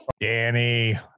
Danny